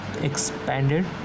expanded